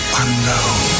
unknown